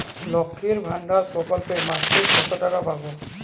লক্ষ্মীর ভান্ডার প্রকল্পে মাসিক কত টাকা পাব?